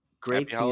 great